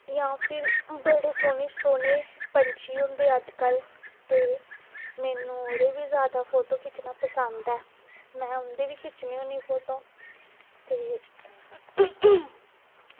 जां फिर बड़े सोह्ने सोह्ने पंछी होंदे अज्जकल ते मैनूं ओह्दे बी जादा फोटो खिच्चना पसंद ऐ में उं'दे बी खिच्चनी होन्नी फोटो ते